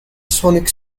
sonic